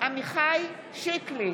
עמיחי שיקלי,